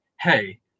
Hey